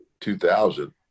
2000